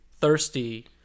thirsty